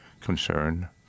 concern